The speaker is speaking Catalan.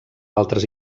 altres